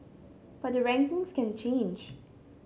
but the rankings can change